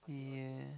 yeah